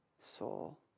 soul